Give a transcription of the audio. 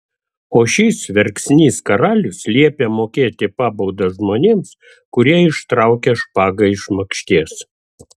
o šis verksnys karalius liepia mokėti pabaudą žmonėms kurie ištraukia špagą iš makšties